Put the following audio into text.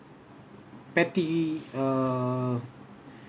petty err